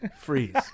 freeze